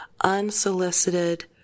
Unsolicited